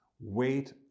Wait